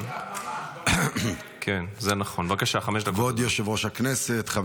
כן, לא רק שחוזרים,